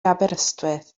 aberystwyth